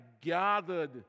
gathered